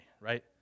right